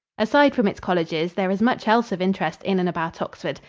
aside from its colleges, there is much else of interest in and about oxford.